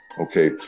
okay